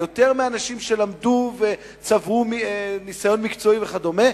של אנשים שלמדו וצברו ניסיון מקצועי וכדומה,